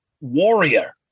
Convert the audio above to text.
warrior